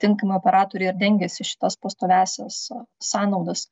tinkamai operatoriai ir dengiasi šitas pastoviąsias sąnaudas